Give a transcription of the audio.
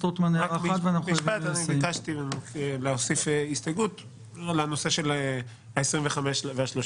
ביקשתי להוסיף הסתייגות בנושא של ה-25 וה-35